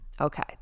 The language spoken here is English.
Okay